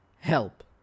help